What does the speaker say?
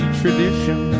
tradition